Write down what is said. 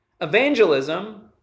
evangelism